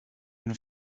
and